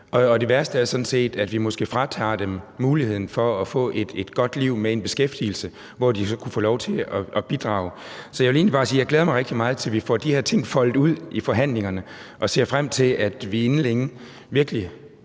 er sådan set, at vi måske fratager dem muligheden for at få et godt liv med en beskæftigelse, hvor de kunne få lov til at bidrage. Så jeg vil egentlig bare sige, at jeg glæder mig rigtig meget til, at vi får de her ting foldet ud i forhandlingerne, og jeg ser frem til, at vi inden længe virkelig